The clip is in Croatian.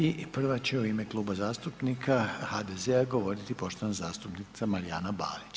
I prva će u ime Kluba zastupnika HDZ-a govoriti poštovana zastupnica Marijana Balić.